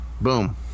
Boom